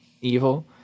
Evil